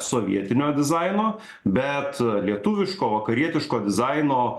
sovietinio dizaino bet lietuviško vakarietiško dizaino